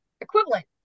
equivalent